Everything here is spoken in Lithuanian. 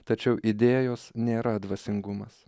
tačiau idėjos nėra dvasingumas